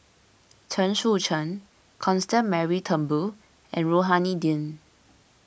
Chen Sucheng Constance Mary Turnbull and Rohani Din